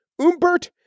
Umbert